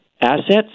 assets